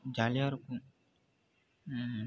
ஜாலியாக இருக்கும்